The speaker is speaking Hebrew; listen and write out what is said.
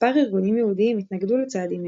מספר ארגונים יהודיים התנגדו לצעדים אלה,